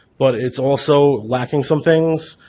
but it's also lacking some things,